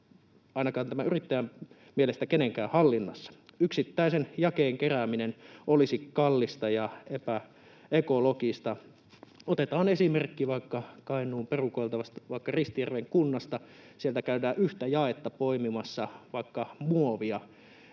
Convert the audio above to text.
ainakaan tämän yrittäjän mielestä kenenkään hallinnassa. Yksittäisen jakeen kerääminen olisi kallista ja epäekologista. Otetaan esimerkki vaikka Kainuun perukoilta, Ristijärven kunnasta: Sieltä käydään yhtä jaetta poimimassa, vaikka muovia.